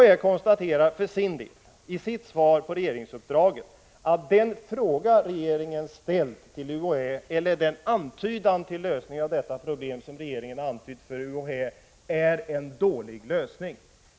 UHÄ konstaterar i sitt svar på regeringsuppdraget att den antydan till lösning av problemet som regeringen givit UHÄ innebär en dålig lösning.